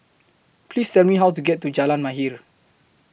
Please Tell Me How to get to Jalan Mahir